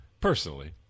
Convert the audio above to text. personally